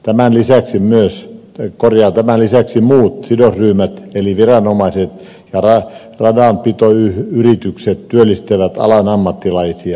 tämän lisäksi muut sidosryhmät eli viranomaiset ja radanpitoyritykset työllistävät alan ammattilaisia